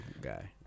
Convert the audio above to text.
guy